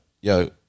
Yo